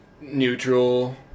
neutral